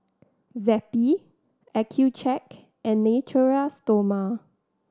Zappy Accucheck and Natura Stoma